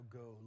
go